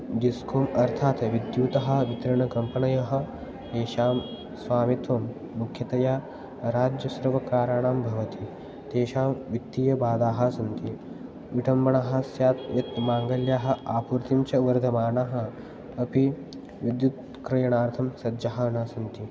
discom अर्थात् विद्युतः वितरणकम्पणयः एषां स्वामित्वं मुख्यतया राज्यसर्वकाराणां भवति तेषां वित्तीयबाधाः सन्ति विटम्बणः स्यात् यत् माङ्गल्यः आपूर्तिं च वर्धमानः अपि विद्युत्क्रयणार्थं सज्जाः न सन्ति